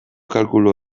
kalkulu